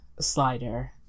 slider